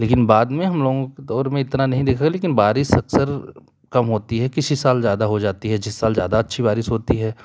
लेकिन बाद में हम लोग के दौर में इतना नहीं इतना नहीं देखा जाता लेकिन बारिश अक्सर कम होती किसी साल ज्यादा हो जाती है जिस साल ज्यादा अच्छी बारिश होती है